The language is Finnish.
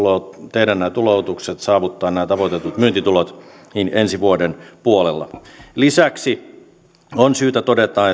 tehdä nämä tuloutukset saavuttaa nämä tavoitetut myyntitulot ensi vuoden puolella lisäksi on syytä todeta